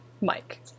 mike